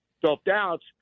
self-doubts